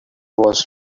was